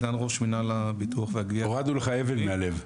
סגן ראש מנהל הביטוח --- הורדנו לך אבן מהלב.